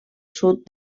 sud